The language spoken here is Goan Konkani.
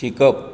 शिकप